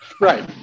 Right